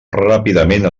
ràpidament